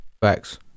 Facts